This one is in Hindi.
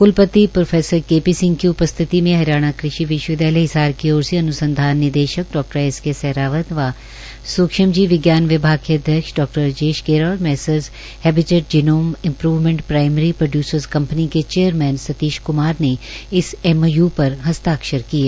क्लपति प्रो के पी सिंह की उपस्थिति में हरियाणा कृषि विश्वविद्यालय हिसार की ओर से अन्संधान निदेशक डॉ एसके सहरावत व स्क्ष्मजीव विज्ञान विभाग के अध्यक्ष डॉ राजेश गेरा और messrs habitat genome improvement primary producers company के चेयनमैन श्री सतीश क्मार ने इस एमओयू पर हस्ताक्षर किए